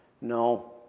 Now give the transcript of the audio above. No